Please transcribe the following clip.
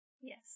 Yes